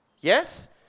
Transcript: Yes